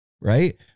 right